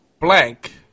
blank